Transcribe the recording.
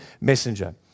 messenger